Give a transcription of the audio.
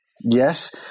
Yes